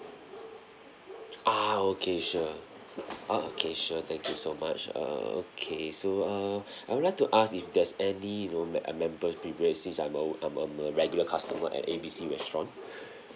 ah okay sure okay sure thank you so much err okay so err I would like to ask if there's any you know m~ uh members privilege since I'm alwa~ I'm a regular customer at A B C restaurant